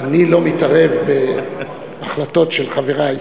אני לא מתערב בהחלטות של חברַי.